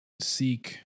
seek